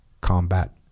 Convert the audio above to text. combat